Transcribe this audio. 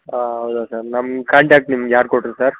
ಹೌದ ಸರ್ ನಮ್ಮ ಕಾಂಟ್ಯಾಕ್ಟ್ ನಿಮ್ಗ ಯಾರು ಕೊಟ್ಟರು ಸರ್